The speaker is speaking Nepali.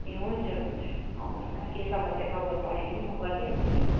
ए हुन्छ हुन्छ आउनुहोस् न के समस्या प्रब्लम पऱ्यो भने नि म गरिदिई हाल्छु नि